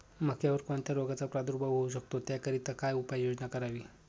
मक्यावर कोणत्या रोगाचा प्रादुर्भाव होऊ शकतो? त्याकरिता काय उपाययोजना करावी?